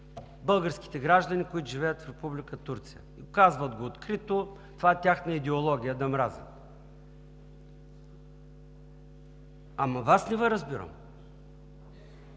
българските граждани, които живеят в Република Турция. Казват го открито, това е тяхна идеология – да мразят. Ама Вас не Ви разбирам!